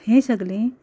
हीं सगळीं